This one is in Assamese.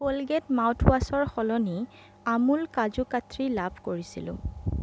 কলগেট মাউথৱাছৰ সলনি আমুল কাজু কাত্ৰী লাভ কৰিছিলোঁ